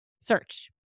search